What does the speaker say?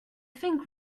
think